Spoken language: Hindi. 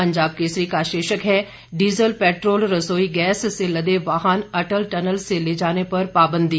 पंजाब केसरी का शीर्षक हे डीजल पैट्रोल रसोई गैस से लदे वाहने अटल टनल से ले जाने पर पाबंदी